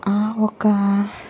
ఆ ఒక